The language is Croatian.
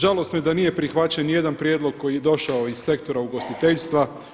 Žalosno je da nije prihvaćen nijedan prijedlog koji je došao iz sektora ugostiteljstva.